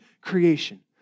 creation